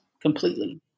completely